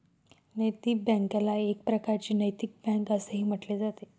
नैतिक बँकेला एक प्रकारची नैतिक बँक असेही म्हटले जाते